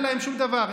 אין להם שום דבר.